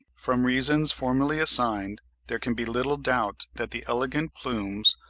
from reasons formerly assigned there can be little doubt that the elegant plumes,